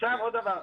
עוד דבר.